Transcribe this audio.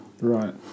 Right